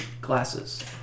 glasses